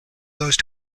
those